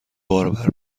باربر